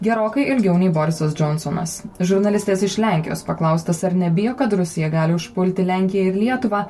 gerokai ilgiau nei borisas džonsonas žurnalistės iš lenkijos paklaustas ar nebijo kad rusija gali užpulti lenkiją ir lietuvą